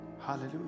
hallelujah